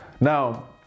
Now